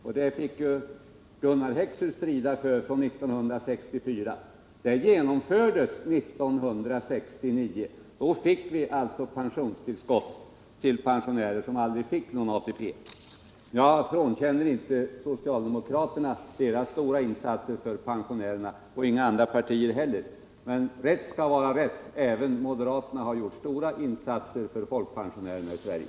Det fick Gunnar Heckscher strida för från 1964, och 1969 infördes pensionstillskott för pensionärer som aldrig fick någon ATP. Jag frånkänner inte socialdemokraterna och inte heller några andra partier deras stora insatser för pensionärerna, men rätt skall vara rätt — även vi moderater har gjort stora insatser för folkpensionärerna i Sverige.